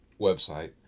website